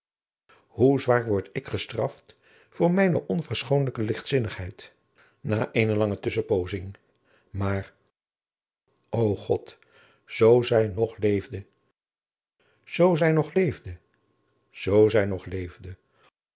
hoe zwaar word ik gestraft voor mijne onverschoonlijke ligtzinnigheid na eene lange tusschenpoozing maar o god zoo zij nog leefde zoo zij nog leefde zoo zij nog leefde